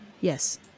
Yes